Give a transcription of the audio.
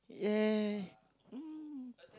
yeah mm